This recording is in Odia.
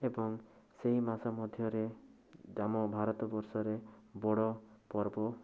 ଏବଂ ସେଇ ମାସ ମଧ୍ୟରେ ଆମ ଭାରତବର୍ଷରେ ବଡ଼ ପର୍ବ